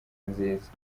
nziza